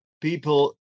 people